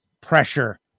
pressure